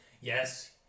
yes